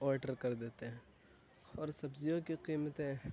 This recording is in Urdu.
آڈر کر دیتے ہیں اور سبزیوں کی قیمتیں